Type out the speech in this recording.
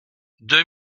deux